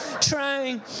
trying